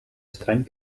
estrany